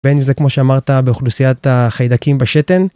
בין אם זה כמו שאמרת באוכלוסיית החיידקים בשתן.